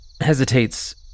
hesitates